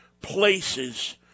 places